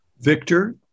Victor